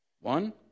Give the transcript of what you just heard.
One